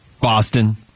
Boston